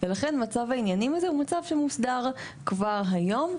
ולכן מצב העניינים הזה הוא מצד שמוסדר כבר היום.